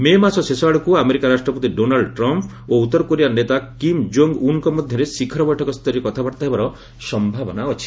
ମେ ମାସ ଶେଷଆଡ଼କୁ ଆମେରିକା ରାଷ୍ଟ୍ରପତି ଡୋନାଲ୍ଡ ଟ୍ରମ୍ପ୍ ଓ ଉତ୍ତର କୋରିଆ ନେତା କିମ୍ ଜୋଙ୍ଗ୍ ଉନ୍ଙ୍କ ମଧ୍ୟରେ ଶିଖର ବୈଠକ ସ୍ତରୀୟ କଥାବାର୍ତ୍ତା ହେବାର ସମ୍ଭାବନା ଅଛି